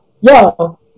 Yo